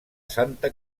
santa